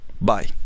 Bye